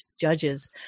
judges